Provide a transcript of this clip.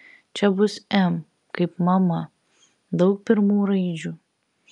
čia bus m kaip mama daug pirmų raidžių